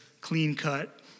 clean-cut